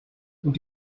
und